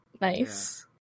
nice